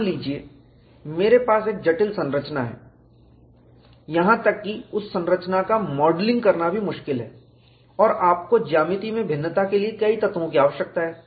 मान लीजिए मेरे पास एक जटिल संरचना है यहां तक कि उस संरचना का मॉडलिंग भी मुश्किल है और आपको ज्यामिति में भिन्नता के लिए कई तत्वों की आवश्यकता है